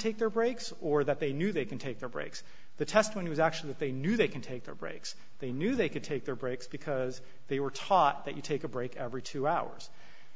take their breaks or that they knew they can take their breaks the testimony was actually that they knew they can take their breaks they knew they could take their breaks because they were taught that you take a break every two hours